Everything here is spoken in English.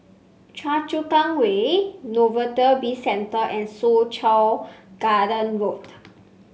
Choa Chu Kang Way Novelty Bizcentre and Soo Chow Garden Road